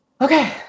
okay